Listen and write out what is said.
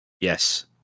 Yes